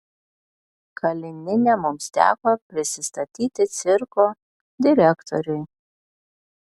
kalinine mums teko prisistatyti cirko direktoriui